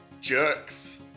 jerks